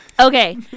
Okay